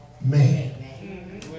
man